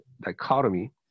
dichotomy